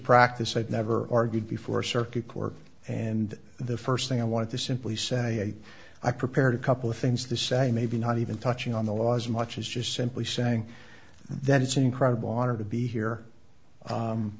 practice i've never argued before circuit court and the first thing i wanted to simply say i prepared a couple of things the same maybe not even touching on the law as much as just simply saying that it's an incredible honor to be here